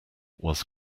was